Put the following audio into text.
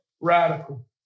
Radical